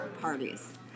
parties